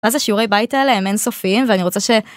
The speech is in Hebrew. ואז השיעורי בית האלה הם אין סופים ואני רוצה ש...